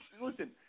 Listen